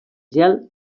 gel